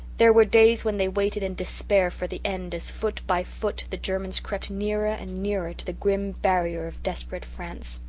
there were days when they waited in despair for the end as foot by foot the germans crept nearer and nearer to the grim barrier of desperate france.